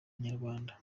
inyarwanda